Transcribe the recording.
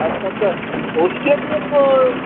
अच्छा तो उसके लिए तो